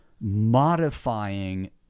modifying